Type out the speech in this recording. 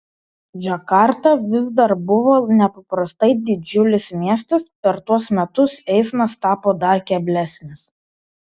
džakarta vis dar buvo nepaprastai didžiulis miestas per tuos metus eismas tapo dar keblesnis